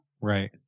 Right